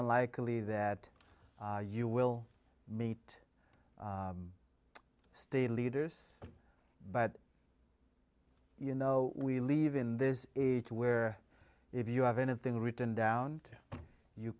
unlikely that you will meet state leaders but you know we leave in this age where if you have anything written down you